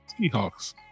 Seahawks